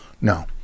no